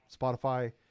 Spotify